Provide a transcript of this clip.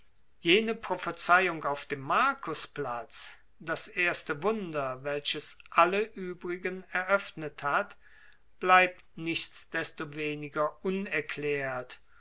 jene prophezeiung auf dem markusplatz das erste wunder welches alle übrigen eröffnet hat bleibt nichtsdestoweniger unerklärt